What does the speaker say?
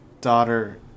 daughter